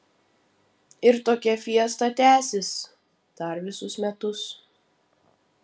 ir tokia fiesta tęsis dar visus metus